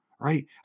right